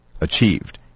achieved